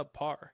subpar